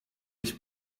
ich